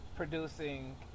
Producing